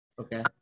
Okay